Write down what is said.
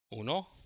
¿Uno